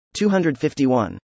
251